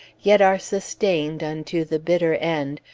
yet are sustained unto the bitter end,